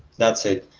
that's it.